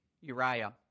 Uriah